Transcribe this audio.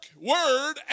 word